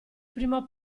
primo